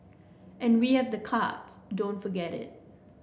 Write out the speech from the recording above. and we have the cards don't forget it